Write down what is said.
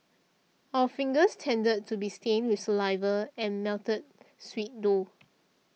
our fingers tended to be stained with saliva and melted sweet though